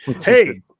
Hey